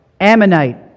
Ammonite